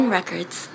Records